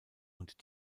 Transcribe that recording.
und